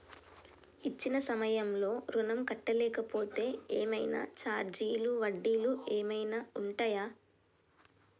ఇచ్చిన సమయంలో ఋణం కట్టలేకపోతే ఏమైనా ఛార్జీలు వడ్డీలు ఏమైనా ఉంటయా?